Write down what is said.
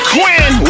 Quinn